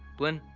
blynn,